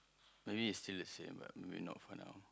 maybe it's still the same but maybe not for now